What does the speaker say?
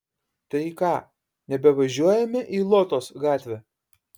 tai ką nebevažiuojame į lotos gatvę